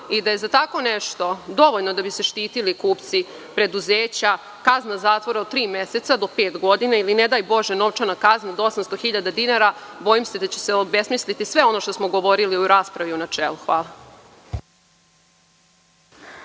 i da je za tako nešto dovoljno da bi se štitili kupci, preduzeća, kazna zatvora od tri meseca do pet godina ili ne daj bože novčana kazna od 800.000 dinara, bojim se da će se obesmisliti sve ono što smo govorili u raspravi u načelu. Hvala.